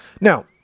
Now